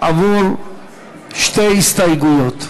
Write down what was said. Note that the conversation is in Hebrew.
עבור שתי הסתייגויות.